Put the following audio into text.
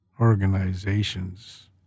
organizations